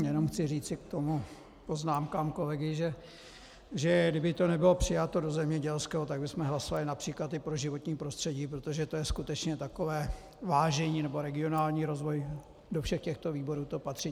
Jenom chci říci k poznámkám kolegy, že kdyby to nebylo přijato do zemědělského, tak bychom hlasovali například i pro životní prostředí, protože to je skutečně takové vážení, nebo regionální rozvoj, do všech těchto výborů to patří.